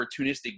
opportunistic